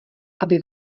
aby